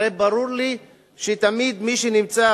הרי ברור לי שתמיד מי שנמצא